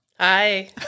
Hi